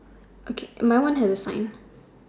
okay my one has a sign